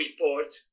report